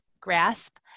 grasp